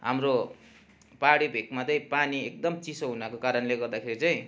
हाम्रो पाहाडी भेकमा चाहिँ पानी एकदम चिसो हुनाको कारणले गर्दाखेरि चाहिँ